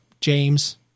james